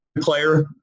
player